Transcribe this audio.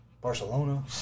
Barcelona